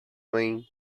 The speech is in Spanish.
wayne